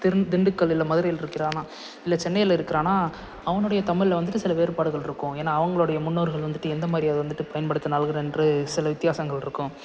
திரு திண்டுக்கல்லில் மதுரையில் இருக்கிறானா இல்லை சென்னையில் இருக்கிறானா அவனுடைய தமிழ்ல வந்துட்டு சில வேறுபாடுகள் இருக்கும் ஏன்னா அவங்களுடைய முன்னோர்கள் வந்துட்டு எந்த மாதிரி அது வந்துட்டு பயன்படுத்தினார்கள் என்று சில வித்தியாசங்கள் இருக்கும்